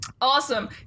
Awesome